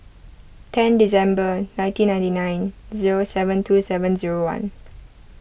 ten December nineteen ninety nine zero seven two seven zero one